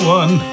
one